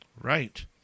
Right